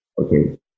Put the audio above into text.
okay